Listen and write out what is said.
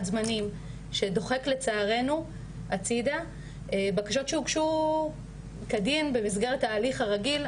זמנים שדוחק לצערנו הצידה בקשות שהוגשו כדין במסגרת ההליך הרגיל.